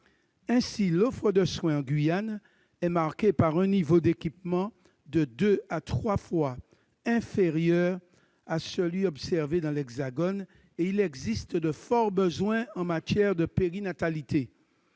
Ainsi, l'offre de soins en Guyane est marquée par un niveau d'équipement de deux à trois fois inférieur à celui qui est observé dans l'Hexagone, et il existe de forts besoins en matière de périnatalité.